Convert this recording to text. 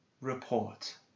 report